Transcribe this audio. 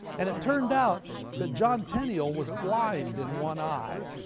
and it turned out that john tenniel was blind in one eye